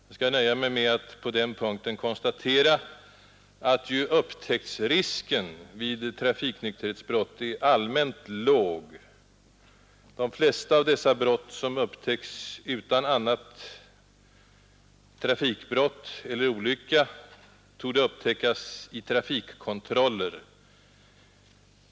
Jag skall nöja mig med att på den punkten konstatera att upptäcktsrisken vid trafikonykterhetsbrott är allmänt låg. De flesta av dessa brott som upptäcks utan samband med annat trafikbrott eller olycka torde avslöjas vid trafikkontroller.